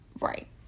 right